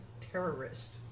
terrorist